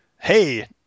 Hey